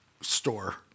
store